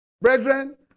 Brethren